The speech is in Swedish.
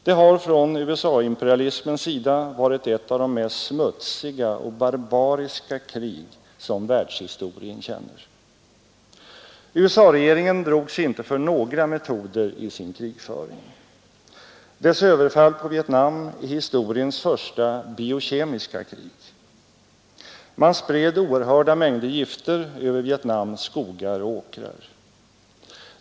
Det har från USA-imperialismens sida varit ett av de mest smutsiga och barbariska krig som världshistorien känner. USA-regeringen drog sig inte för några metoder i sin krigföring. Dess överfall på Vietnam är historiens första biokemiska krig. Man spred oerhörda mängder gifter över Vietnams skogar och åkrar.